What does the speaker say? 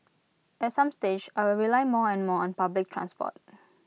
at some stage I will rely more and more on public transport